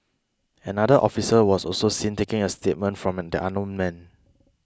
another officer was also seen taking a statement from the unknown man